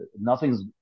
nothing's